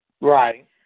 Right